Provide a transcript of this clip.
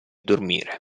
dormire